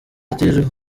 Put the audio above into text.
ati